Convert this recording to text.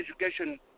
education